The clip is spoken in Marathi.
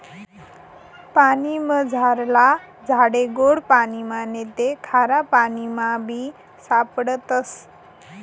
पानीमझारला झाडे गोड पाणिमा नैते खारापाणीमाबी सापडतस